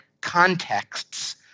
contexts